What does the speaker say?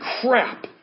crap